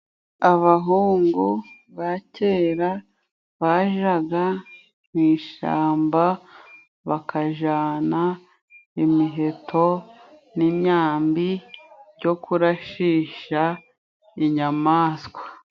Abahungu ba kera bajyaga mu ishyamba, bakajyana imiheto n'imyambi byo kurashisha inyamaswa.